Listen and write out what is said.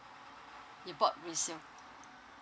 you bought resale